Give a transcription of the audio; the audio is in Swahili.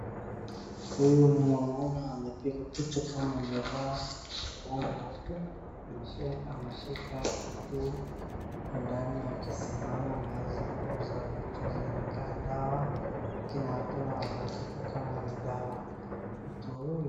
Huyu mwanaume amepiga picha kama amevaa fulana nyeupe ameshika kitu ndani ya kisima ama mahali ya kuuza vitu zinakaa dawa lakini hatuna uhakika ni dawa. Mtu huyu....